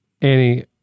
Annie